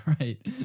Right